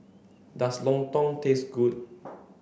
does Lontong taste good